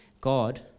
God